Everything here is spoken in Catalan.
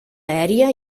aèria